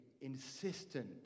insistent